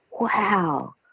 wow